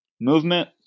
movement